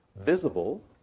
visible